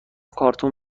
کارتون